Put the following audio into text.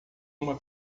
uma